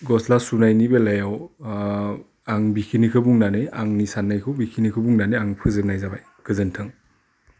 गस्ला सुनायनि बेलायाव ओह आं बिखिनिखौ बुंनानै आंनि साननायखौ बिखिनिखौ बुंनानै आं फोजोबनाय जाबाय गोजोन्थों